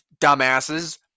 dumbasses